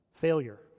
failure